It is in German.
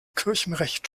kirchenrecht